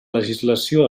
legislació